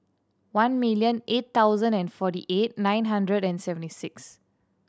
one million eight hundred and forty eight nine hundred and seventy six